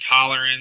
tolerance